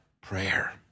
prayer